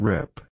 Rip